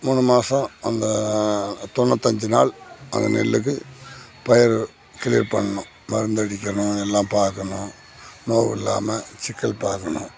மூணு மாதம் அந்த தொண்ணுத்தஞ்சி நாள் அந்த நெல்லுக்கு பயிர் கிளியர் பண்ணணும் மருந்து அடிக்கணும் எல்லாம் பார்க்கணும் நோவுல்லாம சிக்கல் பார்க்கணும்